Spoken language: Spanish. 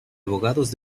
abogados